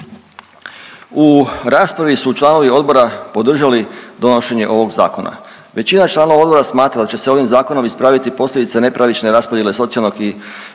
U raspravi su članovi odbora podržali donošenje ovog zakona. Većina članova odbora smatra da će se ovim zakonom ispraviti posljedice nepravične raspodjele socijalnog i